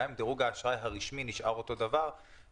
גם אם דירוג האשראי הרשמי נשאר אותו דבר,